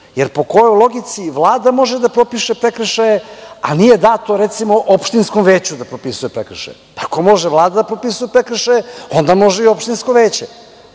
Po kojoj logici Vlada može da propiše prekršaje, a nije dato, recimo, opštinskom veću da propisuje prekršaje? Ako može Vlada da propisuje prekršaje, onda može i opštinsko veće,